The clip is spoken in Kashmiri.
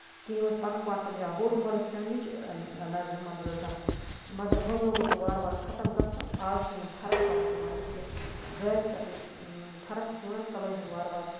کیٚنہہ یِم ٲسۍ پَنُن پان سَمجان بوٚڑ ہُمن ٲسۍ سَمجان نِچہِ نظرِ ہُمَن زٲژَن مَگر وۄنۍ لوگُن سُہ وارٕ وارٕ خَتم گژھُن آز چھُنہٕ یِم فرق وَرق یِوان کِہینۍ یُس یہِ زٲژ پٮ۪ٹھ یُس چھُ فرق یِوان سۄ لٲجٕنۍ وارٕ وارٕ